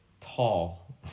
tall